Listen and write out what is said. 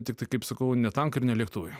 tiktai kaip sakau ne tankai ir ne lėktuvai